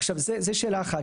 עכשיו זו שאלה אחת.